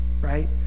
right